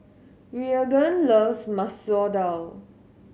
Reagan loves Masoor Dal